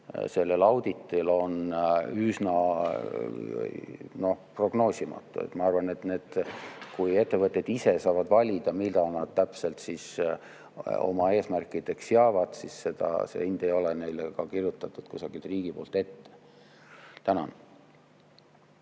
sellel auditil on üsna prognoosimatu. Ma arvan, kui ettevõtted ise saavad valida, mida nad täpselt oma eesmärkideks seavad, siis see hind ei ole neile kirjutatud kusagilt riigi poolt ette. Tänan!